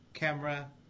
camera